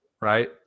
Right